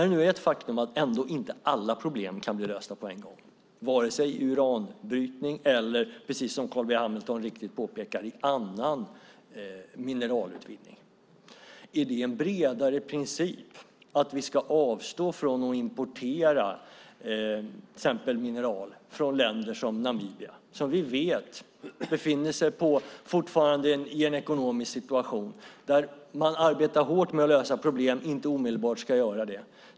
Det är ett faktum att alla problem ändå inte kan bli lösta på en gång vare sig i uranbrytning eller, precis som Carl B Hamilton riktigt påpekade, i annan mineralutvinning. Är det en bredare princip att vi ska avstå ifrån att importera till exempel mineral från länder som Namibia, som vi vet fortfarande befinner sig i en ekonomisk situation där man arbetar hårt med att lösa problem?